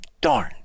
Darn